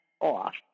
off